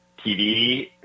TV